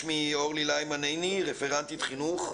עיני, רפרנטית חינוך,